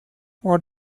what